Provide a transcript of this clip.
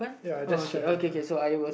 ya that's sharing open